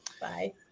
Bye